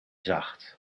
zacht